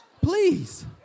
Please